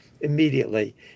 immediately